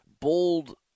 bold